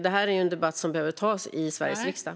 Detta är en debatt som behöver tas i Sveriges riksdag.